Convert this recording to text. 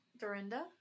Dorinda